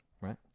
Right